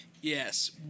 Yes